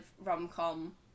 rom-com